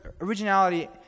originality